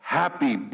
happy